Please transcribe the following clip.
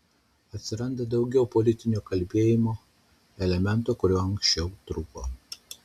atsiranda daugiau politinio kalbėjimo elemento kuriuo anksčiau trūko